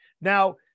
Now